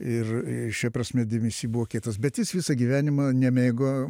ir šia prasme de biusi buvo kietas bet jis visą gyvenimą nemėgo